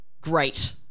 great